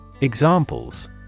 Examples